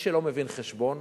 מי שלא מבין חשבון